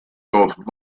both